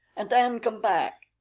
and then come back.